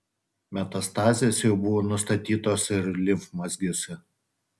metastazės jau buvo nustatytos ir limfmazgiuose